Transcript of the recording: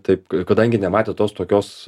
taip kadangi nematė tos tokios